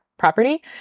property